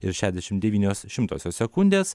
ir šešiasdešim devynios šimtosios sekundės